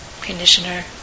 conditioner